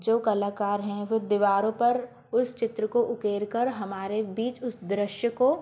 जो कलाकार है वो दीवारों पर उस चित्र को उकेर कर हमारे बीच उस दृश्य को